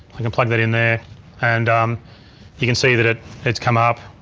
i can plug that in there and you can see that ah it's come up.